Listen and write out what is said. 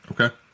Okay